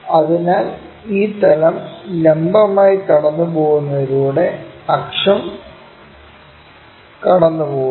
അതിനാൽ ഈ തലം ലംബമായി കടന്നുപോകുന്നതിലൂടെ അക്ഷം കടന്നുപോകുന്നു